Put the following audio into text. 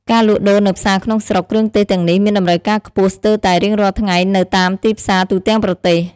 ការលក់ដូរនៅផ្សារក្នុងស្រុក គ្រឿងទេសទាំងនេះមានតម្រូវការខ្ពស់ស្ទើរតែរៀងរាល់ថ្ងៃនៅតាមទីផ្សារទូទាំងប្រទេស។